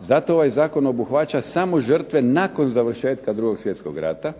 Zato ovaj zakon obuhvaća samo žrtve nakon završetka 2. svjetskog rata.